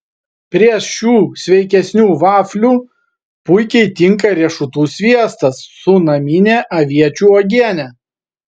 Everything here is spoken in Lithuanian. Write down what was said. prieš šių sveikesnių vaflių puikiai tinka riešutų sviestas su namine aviečių uogiene